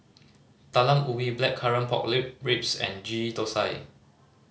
Talam Ubi blackcurrant pork ribs and Ghee Thosai